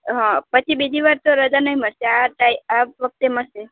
હ પછી બીજી વાર તો રજા નઇ મળશે આ ટાઈ આ વખતે મળશે